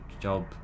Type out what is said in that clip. Job